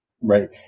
Right